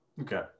okay